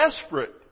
desperate